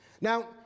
Now